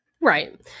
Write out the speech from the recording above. Right